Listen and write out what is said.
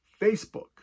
Facebook